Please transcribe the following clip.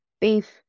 beef